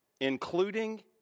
including